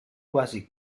quasi